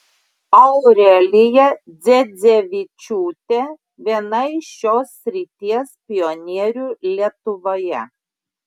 aurelija dzedzevičiūtė viena iš šios srities pionierių lietuvoje